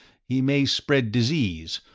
he may spread disease,